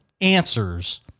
answers